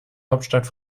hauptstadt